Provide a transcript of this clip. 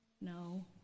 No